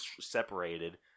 separated